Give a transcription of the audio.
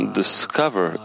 discover